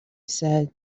said